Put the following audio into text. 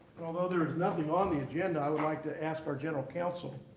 and although there is nothing on the agenda, i would like to ask our general counsel